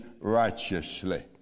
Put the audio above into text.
righteously